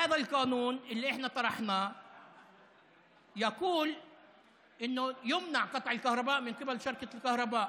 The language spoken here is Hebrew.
יש משפחות שלא יכולות לשלם בסוף החודש את חשבון החשמל.